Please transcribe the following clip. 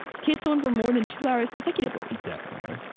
kiss someone for more than two hours consecutively. definitely.